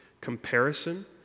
comparison